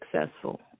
successful